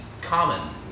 common